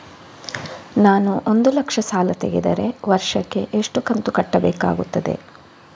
ನಾನು ಒಂದು ಲಕ್ಷ ಸಾಲ ತೆಗೆದರೆ ವರ್ಷಕ್ಕೆ ಎಷ್ಟು ಕಂತು ಕಟ್ಟಬೇಕಾಗುತ್ತದೆ?